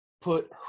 put